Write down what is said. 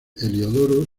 heliodoro